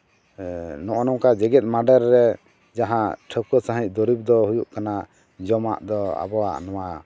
ᱱᱚᱜᱼᱚᱸᱭ ᱱᱚᱝᱠᱟ ᱡᱮᱜᱮᱛ ᱢᱟᱰᱮᱨ ᱨᱮ ᱡᱟᱦᱟᱸ ᱴᱷᱟᱹᱣᱠᱟᱹ ᱥᱟᱺᱦᱤᱡ ᱫᱚᱨᱤᱵ ᱫᱚ ᱦᱩᱭᱩᱜ ᱠᱟᱱᱟ ᱡᱚᱢᱟᱜ ᱫᱚ ᱟᱵᱚᱣᱟᱜ ᱱᱚᱣᱟ